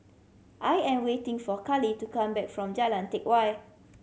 I am waiting for Carli to come back from Jalan Teck Whye